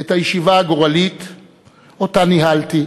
את הישיבה הגורלית שניהלתי,